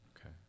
Okay